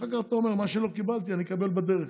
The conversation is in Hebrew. אחר כך אתה אומר: מה שלא קיבלתי אני אקבל בדרך.